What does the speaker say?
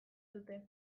dute